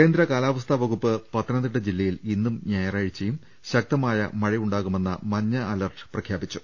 കേന്ദ്ര കാലാവസ്ഥാവകുപ്പ് പത്തനംതിട്ട ജില്ലയിൽ ഇന്നും ഞായറാഴ്ച്ചയും ശക്തമായ മഴയുണ്ടാകുമെന്ന മഞ്ഞ അലർട്ട് പ്രഖ്യാപിച്ചു